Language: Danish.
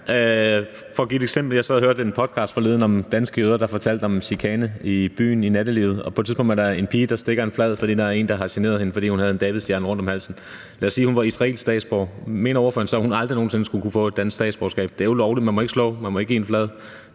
Lad mig give et eksempel. Jeg sad og hørte en podcast forleden om danske jøder, der fortalte om chikane i byen i nattelivet. På et tidspunkt var der en pige, der havde stukket nogen en flad; vedkommende havde generet hende, fordi hun havde en davidsstjerne om halsen. Lad os sige, at hun var israelsk statsborger – mener spørgeren så, at hun aldrig nogen sinde skulle kunne få et dansk statsborgerskab? For det er ulovligt at slå eller give nogen en flad,